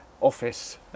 office